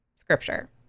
Scripture